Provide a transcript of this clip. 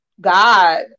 God